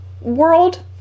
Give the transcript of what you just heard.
world